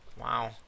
Wow